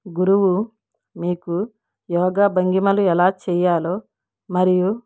గురువు మీకు యోగా భంగిమలు ఎలా చేయాలో మరియు